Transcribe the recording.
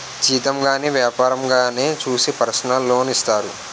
జీతం గాని వ్యాపారంగానే చూసి పర్సనల్ లోన్ ఇత్తారు